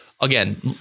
again